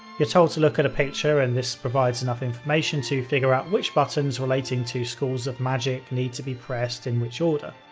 you're told to look at a picture and this provides enough information to figure out which buttons relating to schools of magic need to be pressed in which order.